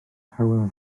hywel